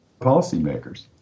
policymakers